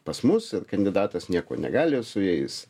pas mus ir kandidatas nieko negali su jais